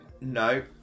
No